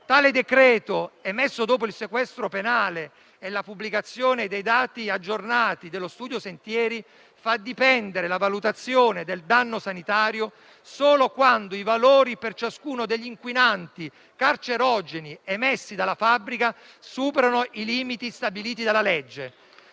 Tale decreto, emesso dopo il sequestro penale e la pubblicazione dei dati aggiornati dello studio "Sentieri", fa dipendere la valutazione del danno sanitario dalla circostanza in cui i valori per ciascuno degli inquinanti cancerogeni emessi dalla fabbrica superano i limiti stabiliti dalla legge.